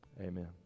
Amen